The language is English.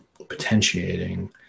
potentiating